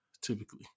typically